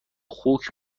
خوک